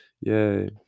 Yay